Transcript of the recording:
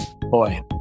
boy